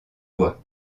bois